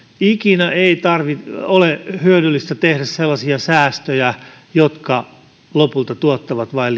ikinä ei ole hyödyllistä tehdä sellaisia säästöjä jotka lopulta tuottavat vain